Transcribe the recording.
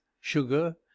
sugar